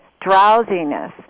drowsiness